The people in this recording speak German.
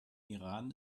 iran